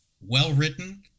well-written